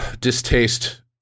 distaste